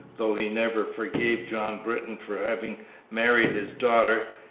though he never forgave john britton for having married his daughter,